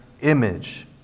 image